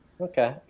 Okay